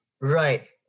Right